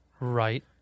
Right